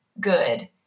good